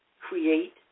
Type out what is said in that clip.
Create